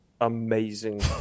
amazing